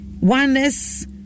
oneness